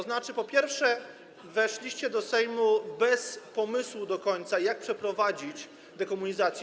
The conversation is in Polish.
Tzn. po pierwsze, weszliście do Sejmu bez pomysłu do końca, jak przeprowadzić dekomunizację.